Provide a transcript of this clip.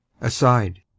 ASIDE